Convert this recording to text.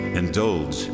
indulge